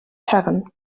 herren